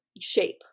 shape